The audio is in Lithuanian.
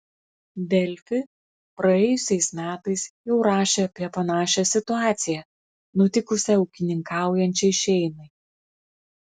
delfi praėjusiais metais jau rašė apie panašią situaciją nutikusią ūkininkaujančiai šeimai